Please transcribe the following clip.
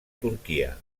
turquia